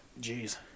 Jeez